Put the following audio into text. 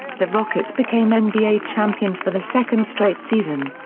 the rockets became and nba champions for the second straight season.